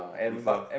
refer